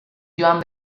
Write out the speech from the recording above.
joan